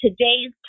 today's